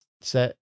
set